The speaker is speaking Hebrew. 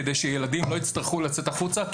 כדי שילדים לא יצטרכו לצאת החוצה,